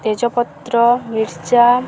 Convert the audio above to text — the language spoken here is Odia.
ତେଜପତ୍ର ମିରଚା